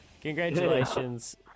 Congratulations